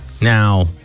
Now